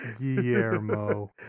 Guillermo